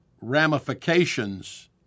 ramifications